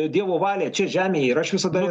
dievo valią čia žemėje ir aš visada